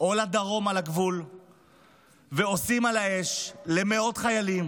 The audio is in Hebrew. או לדרום על הגבול ועושים על האש למאות חיילים